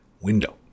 window